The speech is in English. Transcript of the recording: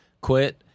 quit